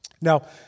Now